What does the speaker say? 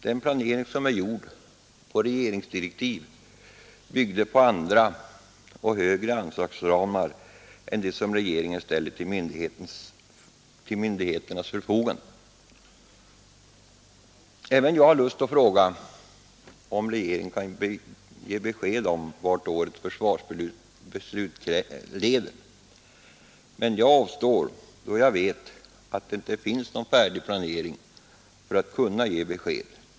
Den planering som är gjord på regeringsdirektiv byggde på andra och högre anslagsramar än dem som regeringen ställer till myndigheternas förfogande. Även jag har lust att fråga, om regeringen kan ge besked om vart årets försvarsbeslut leder. Men jag avstår, då jag vet att det inte finns någon färdig planering för att kunna ge besked.